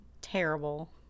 Terrible